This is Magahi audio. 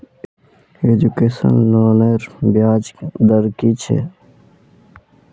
एजुकेशन लोनेर ब्याज दर कि छे?